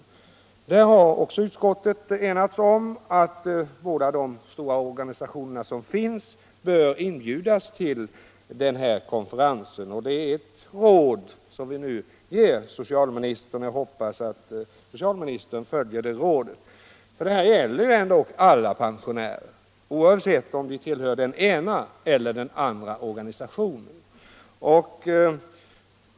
Också där har utskottet enats om att de båda stora organisationer som finns på detta område bör inbjudas till den här konferensen, och det är ett råd som vi nu ger socialministern. Jag hoppas att socialministern följer det rådet. Det gäller dock alla pensionärer, oavsett om de tillhör den ena eller den andra organisationen.